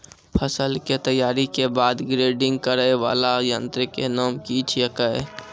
फसल के तैयारी के बाद ग्रेडिंग करै वाला यंत्र के नाम की छेकै?